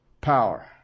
power